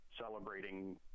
celebrating